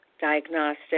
diagnostic